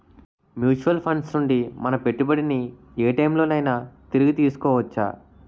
Mutual funds నుండి మన పెట్టుబడిని ఏ టైం లోనైనా తిరిగి తీసుకోవచ్చా?